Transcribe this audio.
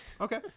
okay